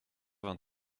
vingt